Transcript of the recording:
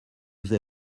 they